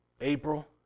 April